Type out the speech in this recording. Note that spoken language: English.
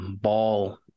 ball